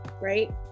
right